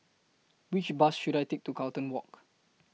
Which Bus should I Take to Carlton Walk